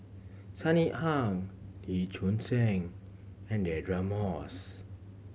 Sunny Ang Lee Choon Seng and Deirdre Moss